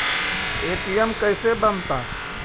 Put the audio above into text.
ATM कैसे बनता?